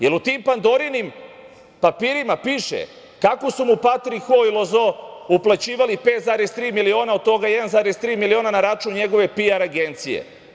Da li u tim pandorinim papirima piše kako su mu Patrik Ho i Lozo uplaćivali 5,3 miliona, od toga 1,3 miliona na račun njegove PR agencije?